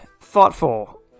thoughtful